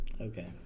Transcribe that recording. Okay